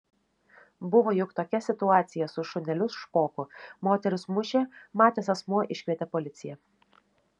buvo juk tokia situacija su šuneliu špoku moteris mušė matęs asmuo iškvietė policiją